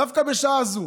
דווקא בשעה זו